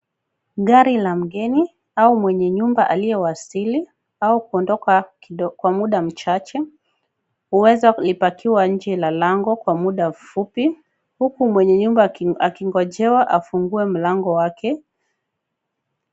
Gari la mgeni au mwenye nyumba aliyewasili au kuondoka kwa muda mchache huweza lipakiwa nje la lango kwa muda mfupi huku mwenye nyumba akigonjewa kufungua mlango wake.